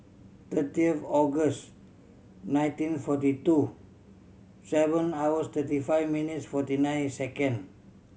thirty of August nineteen forty two seven hours thirty five minutes forty nine second